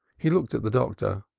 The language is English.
he looked at the doctor,